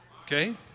okay